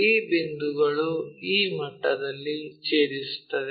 ಈ ಬಿಂದುಗಳು ಈ ಮಟ್ಟದಲ್ಲಿ ಛೇದಿಸುತ್ತವೆ